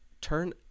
turn